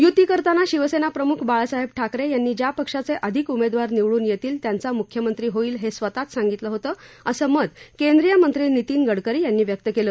युती करताना शिवसेना प्रमुख बाळासाहेब ठाकरे यांनी ज्या पक्षाचे अधिक उमेदवार निवडून येतील त्यांचा मुख्यमंत्री होईल हे स्वतःच सांगितलं होतं असं मत केंद्रीय मंत्री नितीन गडकरी यांनी व्यक्त केलं